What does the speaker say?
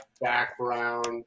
background